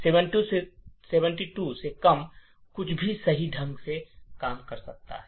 ७२ से कम कुछ भी सही ढंग से काम कर सकता है